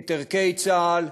את ערכי צה"ל,